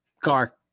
car